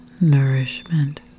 nourishment